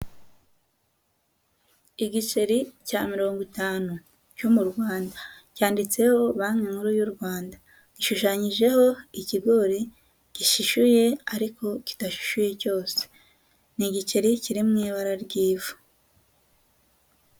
Igiceri cya mirongo itanu cyo mu Rwanda, cyanditseho banki nkuru y'u Rwanda, gishushanyijeho ikigori gishishuye ariko kidashishuye cyose, ni igiceri kiri mu ibara ry'ivu.